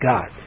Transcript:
God